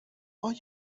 آیا